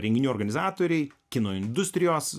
renginių organizatoriai kino industrijos